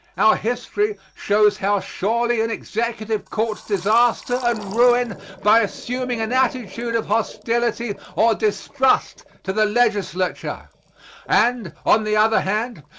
our history shows how surely an executive courts disaster and ruin by assuming an attitude of hostility or distrust to the legislature and, on the other hand,